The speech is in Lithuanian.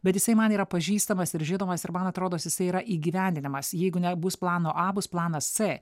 bet jisai man yra pažįstamas ir žinomas ir man atrodo jisai yra įgyvendinamas jeigu nebus plano a bus planas c